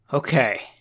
Okay